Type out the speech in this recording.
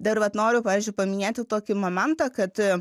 dar vat noriu pavyzdžiui paminėt jau tokį momentą kad